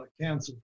cancer